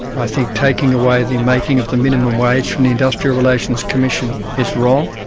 i think taking away the making of the minimum wage from the industrial relations commission is wrong.